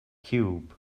ciwb